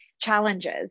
challenges